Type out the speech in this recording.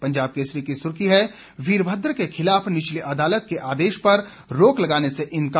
पंजाब केसरी की सुर्खी है वीरभद्र के खिलाफ निचली अदालत के आदेश पर रोक लगाने से इनकार